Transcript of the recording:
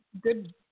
good